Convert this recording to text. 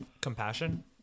Compassion